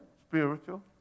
spiritual